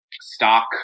stock